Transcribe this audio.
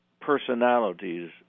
personalities